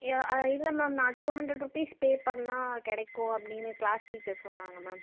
யா இல்லை மேம் நான் two hundred rupees pay பண்ணால் கிடைக்கும் அப்படினு கிளாஸ் டீச்சர் சொன்னாங்கள் மேம்